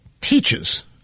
teaches